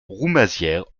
roumazières